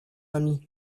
ami